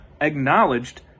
acknowledged